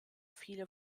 viele